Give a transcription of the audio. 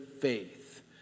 faith